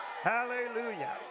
Hallelujah